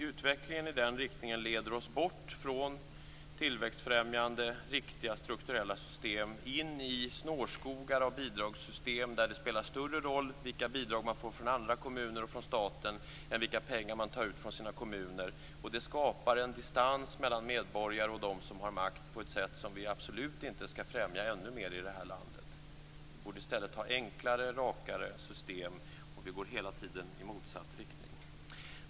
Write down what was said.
Utvecklingen i den riktningen leder oss bort från tillväxtfrämjande riktiga strukturella system i in snårskogar av bidragssystem där det spelar större roll vilka bidrag man får från andra kommuner och staten än vilka pengar man tar ut från sina kommuninvånare. Det skapar en distans mellan medborgare och dem som har makt på ett sätt som vi absolut inte skall främja ännu mer i det här landet. Vi borde i stället ha enklare och rakare system. Vi går hela tiden i motsatt riktning.